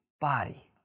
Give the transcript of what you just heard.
body